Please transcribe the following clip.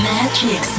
Magic